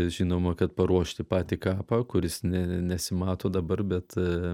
žinoma kad paruošti patį kapą kuris ne nesimato dabar bet